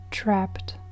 Trapped